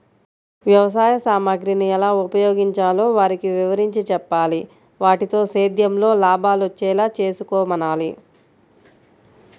వ్యవసాయ సామగ్రిని ఎలా ఉపయోగించాలో వారికి వివరించి చెప్పాలి, వాటితో సేద్యంలో లాభాలొచ్చేలా చేసుకోమనాలి